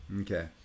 okay